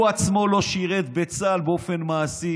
הוא עצמו לא שירת בצה"ל באופן מעשי,